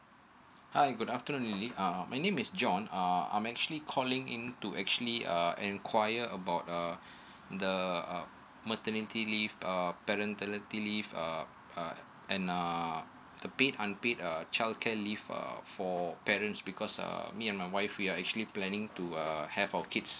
hi good afternoon lily um my name is john uh I'm actually calling in to actually err enquire about uh the uh maternity leave uh paternity leave um uh uh and uh paid unpaid uh childcare leave err for parents because um me and my wife we are actually planning to err have our kids